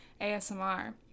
ASMR